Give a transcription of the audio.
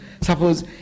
Suppose